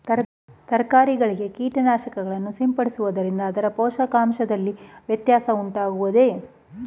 ತರಕಾರಿಗಳಿಗೆ ಕೀಟನಾಶಕಗಳನ್ನು ಸಿಂಪಡಿಸುವುದರಿಂದ ಅದರ ಪೋಷಕಾಂಶದಲ್ಲಿ ವ್ಯತ್ಯಾಸ ಉಂಟಾಗುವುದೇ?